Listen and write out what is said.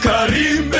Karim